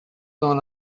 dans